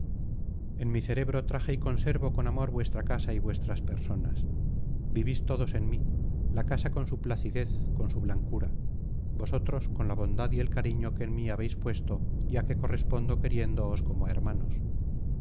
en mi cerebro traje y conservo con amor vuestra casa y vuestras personas vivís todos en mí la casa con su placidez con su blancura vosotros con la bondad y el cariño que en mí habéis puesto y a que correspondo queriéndoos como a hermanos